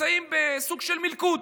נמצאים בסוג של מלכוד.